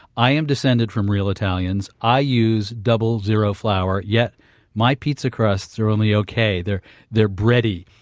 i am descended from real italians. i use double-zero flour, yet my pizza crusts are only okay. they're they're bready.